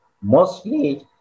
Mostly